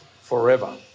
Forever